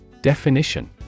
Definition